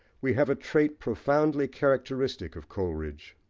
we have a trait profoundly characteristic of coleridge.